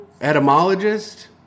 Etymologist